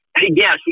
Yes